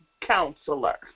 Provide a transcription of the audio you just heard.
counselor